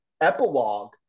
epilogue